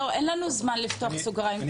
אין לנו זמן לפתוח סוגריים,